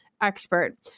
expert